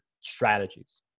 strategies